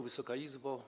Wysoka Izbo!